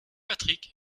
patrick